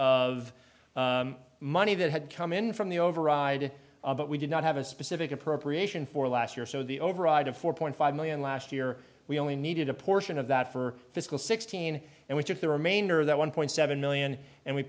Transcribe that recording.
of money that had come in from the override but we did not have a specific appropriation for last year so the override of four point five million last year we only needed a portion of that for fiscal sixteen and we took the remainder of that one point seven million and we